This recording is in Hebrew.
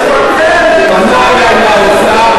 אז לכן אני אומר פנו אלי מהאוצר,